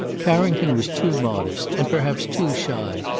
carrington was too modest, and perhaps too shy,